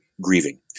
grieving